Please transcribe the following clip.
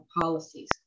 policies